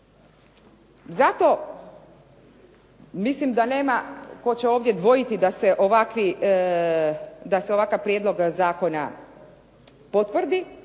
Zato mislim da nema tko će ovdje dvojiti da se ovakvi, da se ovakav prijedlog zakona potvrdi,